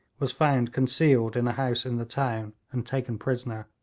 was found concealed in a house in the town and taken prisoner.